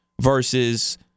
versus